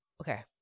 Okay